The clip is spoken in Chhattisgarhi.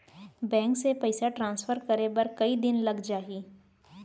बैंक से पइसा ट्रांसफर करे बर कई दिन लग जाही?